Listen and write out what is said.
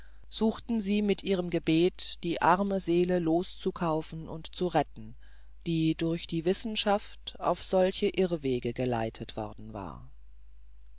suchten sie mit ihrem gebet die arme seele loskaufen und zu retten die durch die wissenschaft auf solche irrwege geleitet worden war